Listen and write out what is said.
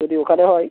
যদি ওখানে হয়